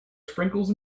sprinkles